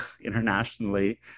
internationally